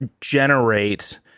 generate